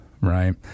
right